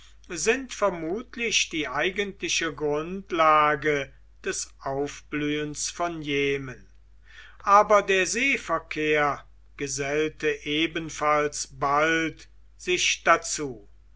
sind vermutlich die eigentliche grundlage des aufblühens von jemen aber der seeverkehr gesellte ebenfalls bald sich dazu